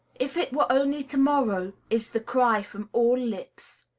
if it were only to-morrow, is the cry from all lips.